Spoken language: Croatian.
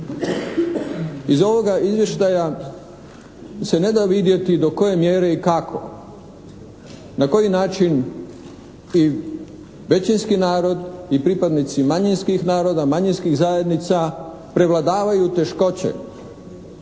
iz ovoga izvještaja se ne da vidjeti do koje mjere i kako, na koji način i većinski narod i pripadnici manjinskih naroda, manjinskih zajednica prevladavaju teškoće